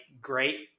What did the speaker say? great